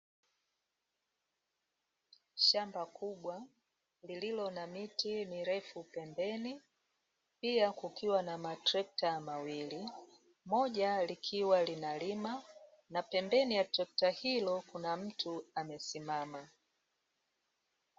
Shamba kubwa lililo na miti mirefu pembeni, pia kukiwa na matrekta mawili, moja likiwa lina lima na pembeni ya trekta hilo kuna mtu amesimama.